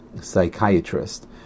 psychiatrist